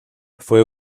fue